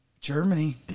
Germany